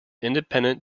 independent